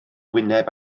wyneb